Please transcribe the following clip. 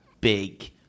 big